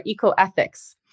Ecoethics